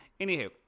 anywho